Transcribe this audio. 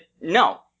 no